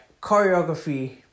choreography